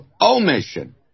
omission